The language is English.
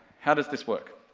how does this work?